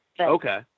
Okay